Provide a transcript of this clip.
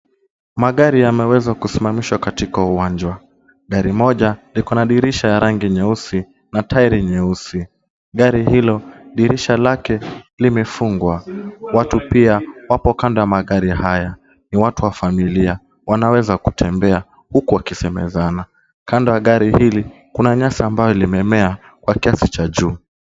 Magari yameweza kusimamishwa katika uwanja. Gari moja liko na dirisha ya rangi nyeusi na tairi[cs nyeusi. Gari hilo dirisha lake limefungwa. Watu pia wapo kando ya magari haya, ni watu wa familia. Wanaweza kutembea huku wakisemezana. Kando ya gari hili, kuna nyasi ambalo limemea kwa kiasi cha juu.